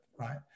Right